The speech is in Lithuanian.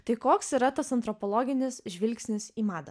tai koks yra tas antropologinis žvilgsnis į madą